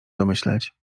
domyśleć